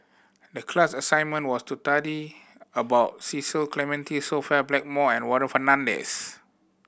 the class assignment was to study about Cecil Clementi Sophia Blackmore and Warren Fernandez